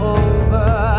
over